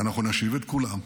ואנחנו נשיב את כולם,